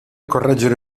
correggere